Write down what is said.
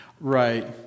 Right